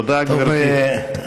תודה, גברתי.